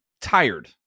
tired